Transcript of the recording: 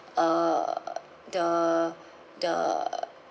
uh the the